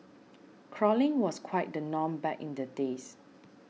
crawling was quite the norm back in the days